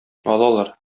алалар